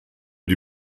die